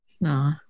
No